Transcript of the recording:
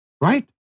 Right